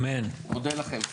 אני מודה לכם.